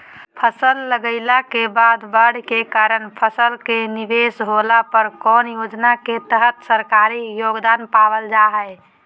फसल लगाईला के बाद बाढ़ के कारण फसल के निवेस होला पर कौन योजना के तहत सरकारी योगदान पाबल जा हय?